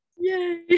Yay